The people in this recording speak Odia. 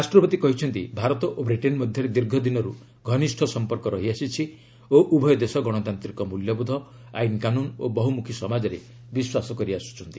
ରାଷ୍ଟ୍ରପତି କହିଛନ୍ତି ଭାରତ ଓ ବ୍ରିଟେନ୍ ମଧ୍ୟରେ ଦୀର୍ଘଦିନରୁ ଘନିଷ୍ଠ ସମ୍ପର୍କ ରହିଆସିଛି ଓ ଉଭୟ ଦେଶ ଗଣତାନ୍ତିକ ମୂଲ୍ୟବୋଧ ଆଇନକାନୁନ ଓ ବହୁମୁଖୀ ସମାଜରେ ବିଶ୍ୱାସ କରିଆସୁଛନ୍ତି